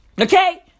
Okay